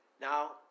Now